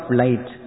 light